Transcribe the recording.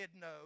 no